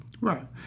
Right